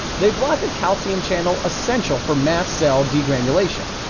they block a calcium channel essential for mast cell degranulation,